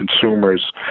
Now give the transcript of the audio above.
consumers